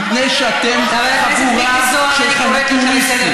מפני שאתם חבורה של חלטוריסטים.